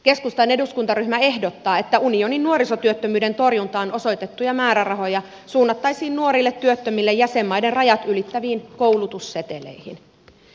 keskustan eduskuntaryhmä ehdottaa että unionin nuorisotyöttömyyden torjuntaan osoitettuja määrärahoja suunnattaisiin nuorille työttömille jäsenmaiden rajat ylittäviin koulutusseteleihin